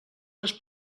les